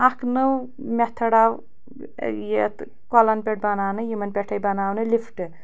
اَکھ نٔو مٮ۪تھٲڈ آو یَتھ کۄلَن پٮ۪ٹھ بَناونہٕ یِمَن پٮ۪ٹھ آے بَناونہٕ لِفٹہٕ